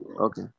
okay